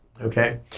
okay